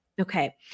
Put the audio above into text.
Okay